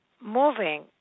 moving